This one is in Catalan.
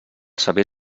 saber